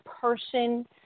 person